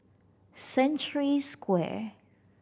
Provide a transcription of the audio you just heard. Century Square